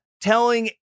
telling